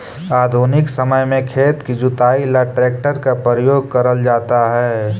आधुनिक समय में खेत की जुताई ला ट्रैक्टर का प्रयोग करल जाता है